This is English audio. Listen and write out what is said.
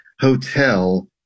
hotel